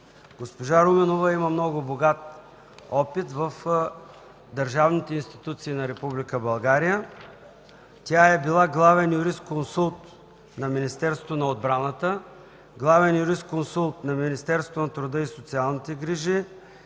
Госпожа Руменова има много богат опит в държавните институции на Република България. Тя е била главен юрисконсулт на Министерството на отбраната, главен юрисконсулт на Министерството на труда и социалните грижи,